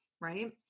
right